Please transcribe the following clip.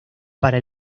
para